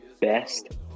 best